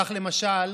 כך, למשל,